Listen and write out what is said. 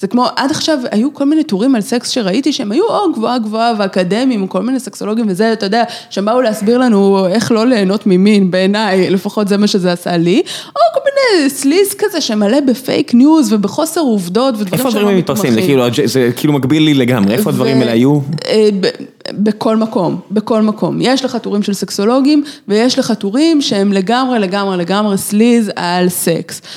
זה כמו עד עכשיו, היו כל מיני טורים על סקס שראיתי שהם היו או גבוהה גבוהה ואקדמיים, או כל מיני סקסולוגים וזה, אתה יודע, שבאו להסביר לנו איך לא ליהנות ממין בעיניי, לפחות זה מה שזה עשה לי, או כל מיני סליז כזה שמלא בפייק ניוז ובחוסר עובדות, ודברים שהם מתמחים. איפה הם מתפרסמים? זה כאילו מקביל לי לגמרי, איפה הדברים האלה היו? בכל מקום, בכל מקום, יש לך תורים של סקסולוגים, ויש לך תורים שהם לגמרי, לגמרי, לגמרי סליז על סקס.